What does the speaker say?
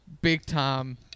big-time